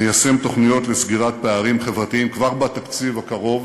ניישם תוכניות לסגירת פערים חברתיים כבר בתקציב הקרוב.